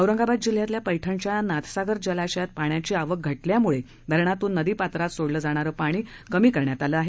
औरंगाबाद जिल्ह्यातल्या पळ्णिच्या नाथसागर जलाशयात पाण्याची आवक घटल्यामुळे धरणातून नदीपात्रात सोडलं जाणार पाणी कमी करण्यात आलं आहे